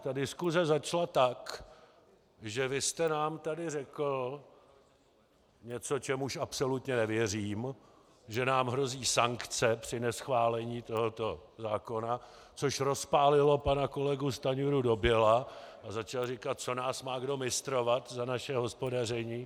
Ta diskuse začala tak, že vy jste nám tady řekl něco, čemuž absolutně nevěřím, že nám hrozí sankce při neschválení tohoto zákona, což rozpálilo pana kolegu Stanjuru doběla a začal říkat: Co nás má kdo mistrovat za naše hospodaření?